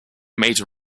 made